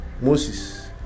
Moses